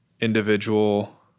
individual